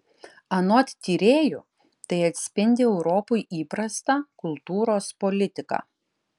anot tyrėjų tai atspindi europai įprastą kultūros politiką